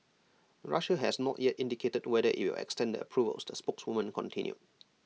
Russia has not yet indicated whether IT will extend the approvals the spokeswoman continued